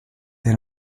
elle